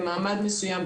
במעמד מסויים,